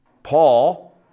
Paul